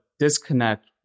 disconnect